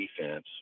defense